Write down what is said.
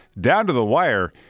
down-to-the-wire